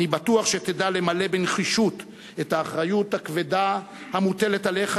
אני בטוח שתדע למלא בנחישות את האחריות הכבדה המוטלת עליך,